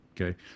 Okay